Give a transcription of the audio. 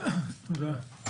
תודה.